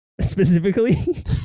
specifically